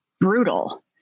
Brutal